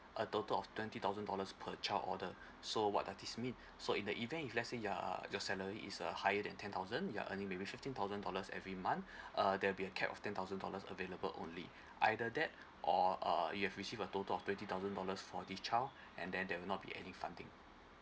a total of twenty thousand dollars per child order so what are these mean so in the event if let's say your uh your salary is uh higher than ten thousand you are earning maybe fifteen thousand dollars every month uh there'll be cap of ten thousand dollars available only either that or err you have received a total of twenty thousand dollars for the child and then there will not be any funding